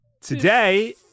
Today